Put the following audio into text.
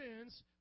sins